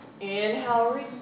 Inhale